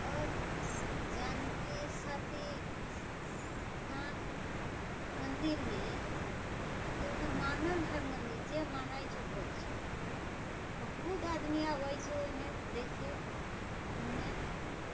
आओर जानकी सती स्थान मन्दिरमे हमरा मानल हय मन्दिर बहुत आदमी आबै छै ओइमे देखे घुमे